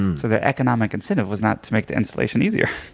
and so the economic incentive was not to make the installation easier.